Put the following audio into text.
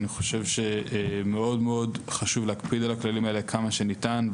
אני חושב שמאוד מאוד חשוב להקפיד על הכללים האלה כמה שניתן,